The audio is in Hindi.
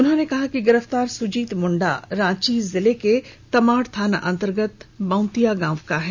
उन्होंने कहा कि गिरफ्तार सुजीत मुंडा रांची जिले के तमाड़ थाना अंतर्गत बाउंतीया गांव का है